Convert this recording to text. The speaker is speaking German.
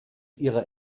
ihrer